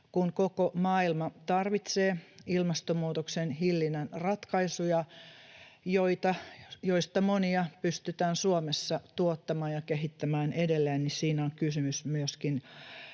kun koko maailma tarvitsee ilmastonmuutoksen hillinnän ratkaisuja, joista monia pystytään Suomessa tuottamaan ja kehittämään edelleen, niin siinä on kysymys myöskin